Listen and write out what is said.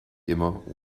immer